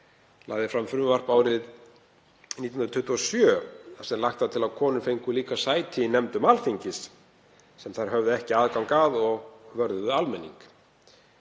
lagði fram frumvarp árið 1927 þar sem lagt var til að konur fengju líka sæti í nefndum Alþingis, sem þær höfðu ekki aðgang að, sem vörðuðu almenning.